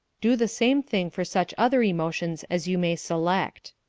do the same thing for such other emotions as you may select.